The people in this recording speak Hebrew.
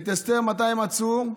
ואת אסתר, מתי מצאו?